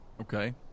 Okay